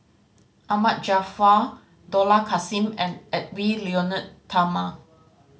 Ahmad Jaafar Dollah Kassim and Edwy Lyonet Talma